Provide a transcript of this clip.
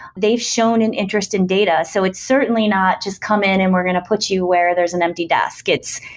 they've shown an interest in data. so it's certainly not just come in and we're going to put you where there's an empty desk. it's,